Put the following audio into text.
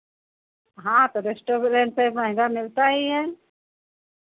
हाँ तो रेस्टोरेंट पे महंगा मिलता ही है